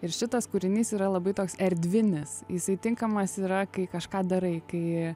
ir šitas kūrinys yra labai toks erdvinis jisai tinkamas yra kai kažką darai kai